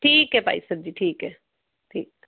ਠੀਕ ਹੈ ਭਾਈ ਸਾਹਿਬ ਜੀ ਠੀਕ ਹੈ ਠੀਕ